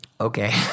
okay